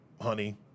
honey